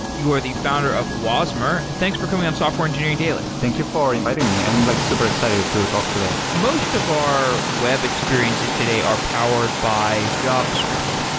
you are the founder of wasmer. thanks for coming on software engineering daily thank you for inviting me. i'm like super excited to talk today most of our web experiences today are powered by javascript.